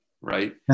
right